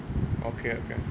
okay okay